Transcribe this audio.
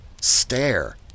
stare